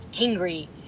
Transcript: angry